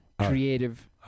creative